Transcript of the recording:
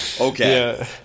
Okay